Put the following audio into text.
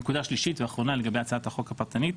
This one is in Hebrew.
נקודה שלישית ואחרונה לגבי הצעת החוק הפרטנית,